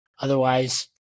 Otherwise